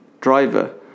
driver